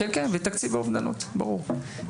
כן, ותקציב לאובדנות, ברור.